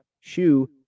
shoe